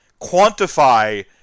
quantify